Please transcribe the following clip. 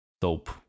Dope